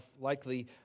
likely